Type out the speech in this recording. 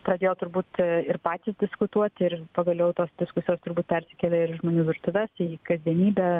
pradėjo turbūt ir patys diskutuoti ir pagaliau tos diskusijos turbūt persikėlė ir į žmonių virtuves į kasdienybę